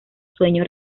sueño